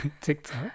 TikTok